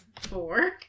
Four